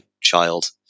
child